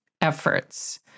efforts